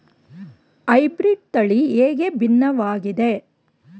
Hybrid ತಳಿ ಹೇಗೆ ಭಿನ್ನವಾಗಿದೆ?